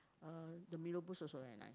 uh the mee rebus also very nice